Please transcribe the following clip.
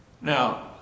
Now